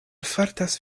fartas